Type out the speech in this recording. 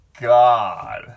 god